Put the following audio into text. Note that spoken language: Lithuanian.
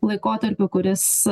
laikotarpiu kuris